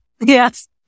Yes